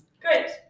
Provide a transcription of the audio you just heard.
Great